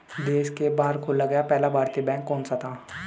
देश के बाहर खोला गया पहला भारतीय बैंक कौन सा था?